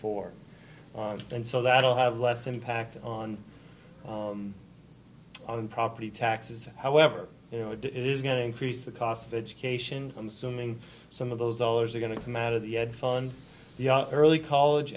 four and so that will have less impact on on property taxes however you know it is going to increase the cost of education i'm assuming some of those dollars are going to come out of the ed fund the early college